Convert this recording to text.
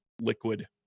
liquid